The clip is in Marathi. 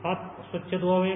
हात स्वच्छ धुवावेत